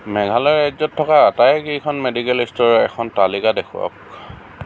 মেঘালয় ৰাজ্যত থকা আটাইকেইখন মেডিকেল ষ্ট'ৰৰ এখন তালিকা দেখুৱাওক